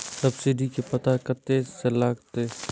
Subsidy के पता कतय से लागत?